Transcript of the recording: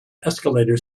escalator